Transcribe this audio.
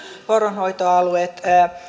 poronhoitoalueet